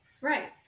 Right